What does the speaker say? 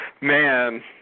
man